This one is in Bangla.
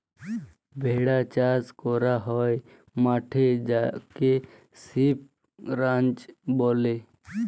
ভেড়া চাস ক্যরা হ্যয় মাঠে যাকে সিপ রাঞ্চ ব্যলে